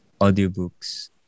audiobooks